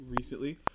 recently